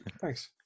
Thanks